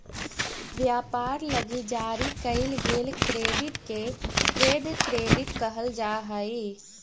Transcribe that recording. व्यापार लगी जारी कईल गेल क्रेडिट के ट्रेड क्रेडिट कहल जा हई